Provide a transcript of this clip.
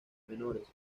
menores